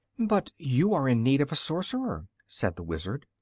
but you are in need of a sorcerer, said the wizard,